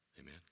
Amen